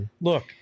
Look